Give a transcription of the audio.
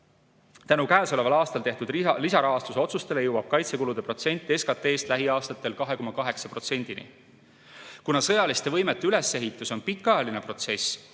käesoleval aastal tehtud lisarahastuse otsustele jõuab kaitsekulude protsent SKT-st lähiaastatel 2,8%-ni. Kuna sõjaliste võimete ülesehitus on pikaajaline protsess